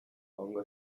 hongo